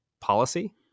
policy